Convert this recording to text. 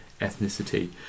ethnicity